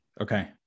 okay